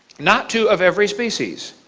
not two of every species,